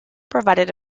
provided